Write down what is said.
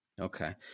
Okay